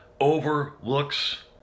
overlooks